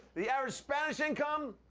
the average spanish income,